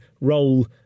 role